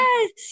Yes